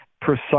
precise